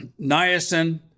niacin